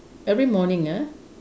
every morning ah